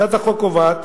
הצעת החוק קובעת